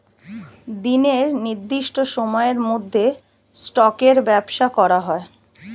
দিনের নির্দিষ্ট সময়ের মধ্যে স্টকের ব্যবসা করা হয়